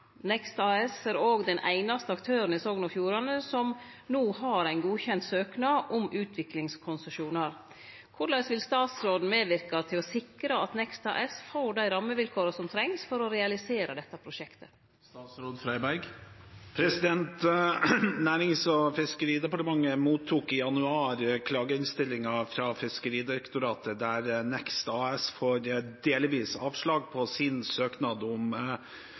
er òg den einaste aktøren i Sogn og Fjordane som no har ein godkjent søknad om utviklingskonsesjonar. Korleis vil statsråden medverke til å sikre at Nekst AS får dei rammevilkåra som trengs for å realisere dette prosjektet?» Nærings- og fiskeridepartementet mottok i januar klageinnstillingen fra Fiskeridirektoratet der Nekst AS får delvis avslag på sin søknad om